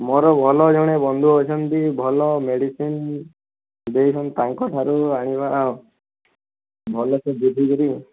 ମୋର ଭଲ ଜଣେ ବନ୍ଧୁ ଅଛନ୍ତି ଭଲ ମେଡ଼ିସିନ ଦେଉଛନ୍ତି ତାଙ୍କ ଠାରୁ ଆଣିବା ଭଲ ସେ ଦେଖି କିରି